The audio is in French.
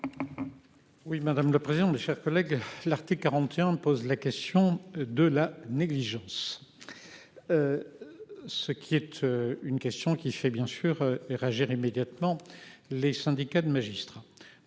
Oui madame. Le président, mes chers collègues. L'article 41 pose la question de la négligence. Ce qui y être une question qui fait bien sûr et réagir immédiatement. Les syndicats de magistrats.